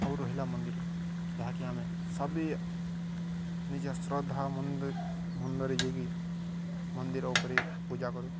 ଆଉ ରହିଲା ମନ୍ଦିର ଯାହାକି ଆମେ ସଭିଏଁ ନିଜ ଶ୍ରଦ୍ଧା ମନରେ ଯାଇକି ମନ୍ଦିର ଉପରେ ପୂଜା କରୁ